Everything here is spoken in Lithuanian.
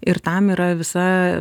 ir tam yra visa